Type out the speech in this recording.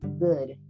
good